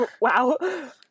Wow